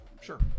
Sure